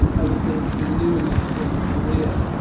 i was relatively new in my academic career.